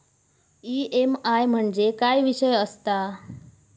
EMI म्हणजे काय विषय आसता?